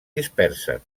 dispersen